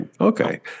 Okay